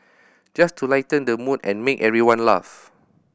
just to lighten the mood and make everyone laugh